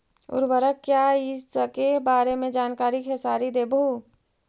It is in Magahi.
उर्वरक क्या इ सके बारे मे जानकारी खेसारी देबहू?